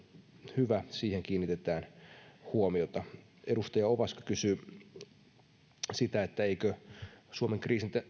hyvä siihen kiinnitetään huomiota edustaja ovaska kysyi eikö suomen